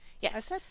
Yes